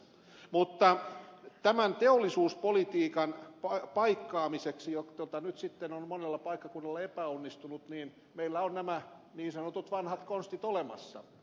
mutta tämän teollisuuspolitiikan paikkaamiseksi joka nyt sitten on monella paikkakunnalla epäonnistunut meillä on nämä niin sanotut vanhat konstit olemassa